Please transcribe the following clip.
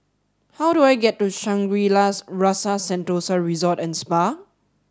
how do I get to Shangri La's Rasa Sentosa Resort and Spa